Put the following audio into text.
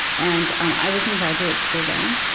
and, um i was in graduate school then.